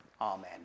Amen